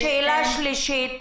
שאלה שלישית: